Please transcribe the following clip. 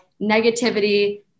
negativity